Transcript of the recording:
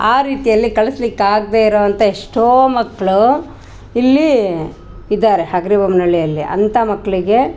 ಆ ರೀತಿಯಲ್ಲಿ ಕಸ್ಲಿಕಾಗ್ದೆ ಇರುವಂಥ ಎಷ್ಟೋ ಮಕ್ಕಳು ಇಲ್ಲಿ ಇದ್ದಾರೆ ಅಗ್ರಿ ಬೊಮ್ಮನ್ ಹಳ್ಳಿಯಲ್ಲಿ ಅಂತ ಮಕ್ಳಿಗೆ